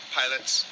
pilots